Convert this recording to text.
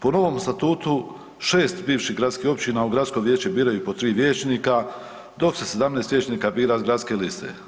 Po novom statutu 6 bivših gradskih općina u gradsko vijeće biraju po 3 vijeća, dok se 17 vijećnika bira s gradske liste.